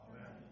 Amen